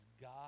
God